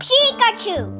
Pikachu